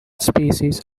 species